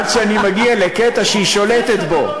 עד שאני מגיע לקטע שהיא שולטת בו,